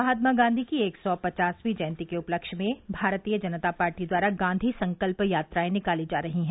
महात्मा गांधी की एक सौ पचासवीं जयंती के उपलक्ष्य में भारतीय जनता पार्टी द्वारा गांधी संकल्प यात्राएं निकाली जा रही हैं